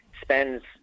spends